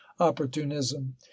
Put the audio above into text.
opportunism